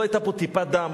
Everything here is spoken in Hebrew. לא היתה בו טיפת דם,